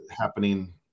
happening